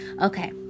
Okay